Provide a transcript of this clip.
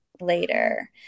later